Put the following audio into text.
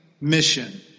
mission